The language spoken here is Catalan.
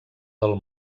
del